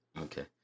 Okay